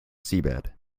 seabed